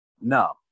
No